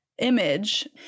Image